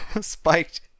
Spiked